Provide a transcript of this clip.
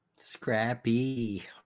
Scrappy